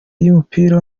yumupira